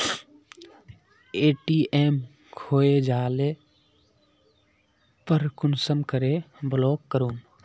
ATM खोये जाले पर कुंसम करे ब्लॉक करूम?